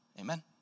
Amen